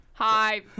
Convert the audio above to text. Hi